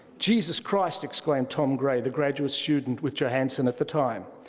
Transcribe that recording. jesus christ! exclaimed tom gray, the graduate student with johanson at the time.